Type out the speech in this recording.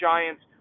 Giants